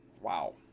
Wow